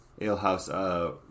Alehouse